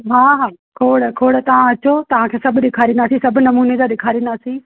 हा हा खोड़ खोड़ तव्हां अचो तव्हांखे सभु ॾेखारिंदासीं सभु नमूने सां ॾेखारिंदासीं